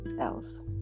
else